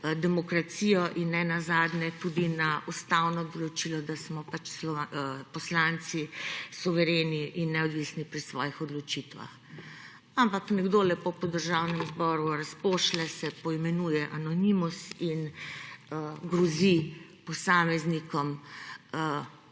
demokracijo in nenazadnje tudi na ustavno določilo, da smo pač poslanci suvereni in neodvisni pri svojih odločitvah. Ampak nekdo lepo po Državnem zboru razpošlje, se poimenuje »anonimus« in grozi posameznikom